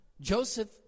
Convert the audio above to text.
Joseph